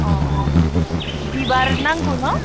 अ अ बिबार नांगौ न